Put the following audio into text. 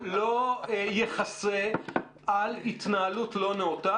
-- לא יכסו על התנהלות לא נאותה,